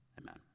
Amen